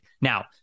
Now